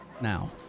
now